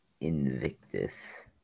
Invictus